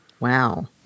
Wow